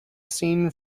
seen